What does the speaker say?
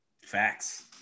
Facts